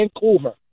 Vancouver